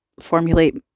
formulate